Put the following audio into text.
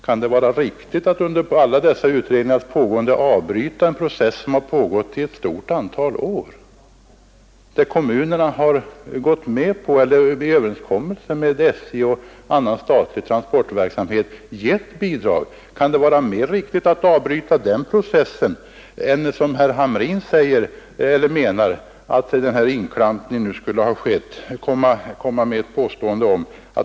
Kan det vara riktigt att medan dessa åtgärder fortsätter avbryta en process som har pågått i ett antal år, undrade herr Hamrin, Kommunerna har gått med på överenskommelser med SJ och andra statliga transportföretag om att ge bidrag. Herr Hamrin menar att staten här skulle ha gjort något nytt inhopp.